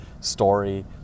story